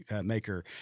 maker